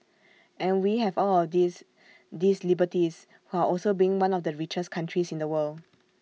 and we have all of these these liberties while also being one of the richest countries in the world